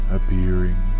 Appearing